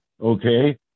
Okay